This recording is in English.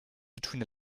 between